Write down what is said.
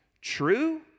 True